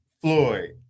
floyd